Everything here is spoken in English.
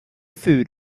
food